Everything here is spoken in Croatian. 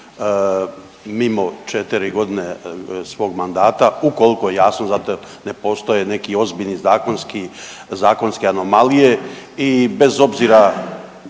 mimo 4.g. svog mandata ukoliko jasno za to ne postoje neki ozbiljni zakonski, zakonske anomalije i bez obzira